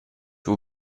will